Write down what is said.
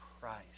Christ